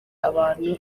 abantu